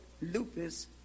lupus